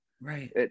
Right